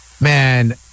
man